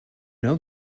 know